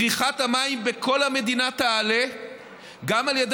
צריכת המים בכל המדינה תעלה גם על ידי